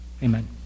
Amen